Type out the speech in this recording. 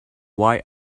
why